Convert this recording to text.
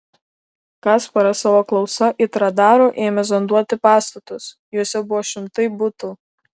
kasparas savo klausa it radaru ėmė zonduoti pastatus juose buvo šimtai butų